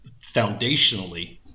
foundationally